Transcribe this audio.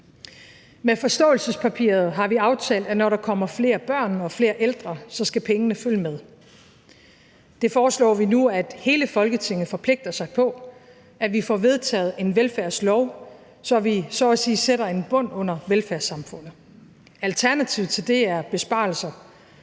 Med forståelsespapiret har vi aftalt, at når der kommer flere børn og flere ældre, så skal pengene følge med. Det foreslår vi nu at hele Folketinget forpligter sig på, og at vi får vedtaget en velfærdslov, så vi så at sige sætter en bund under velfærdssamfundet. Alternativet til det er besparelser